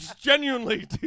genuinely